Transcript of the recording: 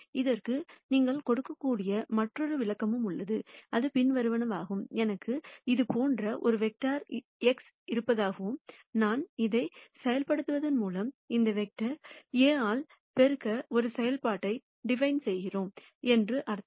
இதற்கு நீங்கள் கொடுக்கக்கூடிய மற்றொரு விளக்கமும் உள்ளது இது பின்வருவனவாகும் எனக்கு இது போன்ற ஒரு வெக்டர் x இருப்பதாகவும் நான் இதை செயல்படுவதன் மூலம் இந்த வெக்டர் A ஆல் பெருக்க ஒரு செயல்பாட்டை டிபைன் செய்கிறோம் என்று அர்த்தம்